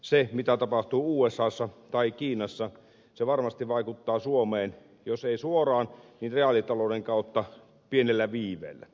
se mitä tapahtuu usassa tai kiinassa se varmasti vaikuttaa suomeen jos ei suoraan niin reaalitalouden kautta pienellä viiveellä